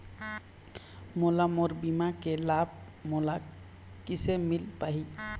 मोला मोर बीमा के लाभ मोला किसे मिल पाही?